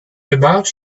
about